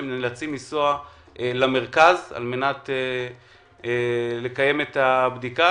הם נאלצים לנסוע למרכז, על מנת לבצע את הבדיקה.